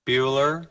Bueller